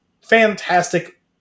fantastic